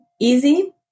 easy